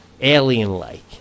alien-like